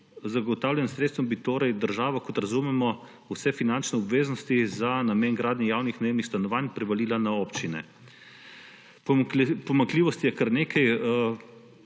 zagotavljanjem sredstev bi torej država, kot razumemo, vse finančne obveznosti za namen gradnje javnih najemnih stanovanj prevalila na občine. Pomanjkljivosti je kar nekaj.